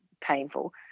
painful